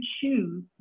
choose